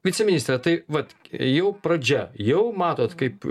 viceministre tai vat jau pradžia jau matot kaip